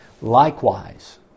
likewise